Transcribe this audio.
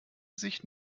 sich